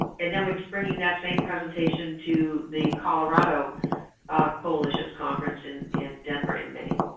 and then we're just bringing that same presentation to the colorado coalition's conference in in denver in may.